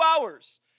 hours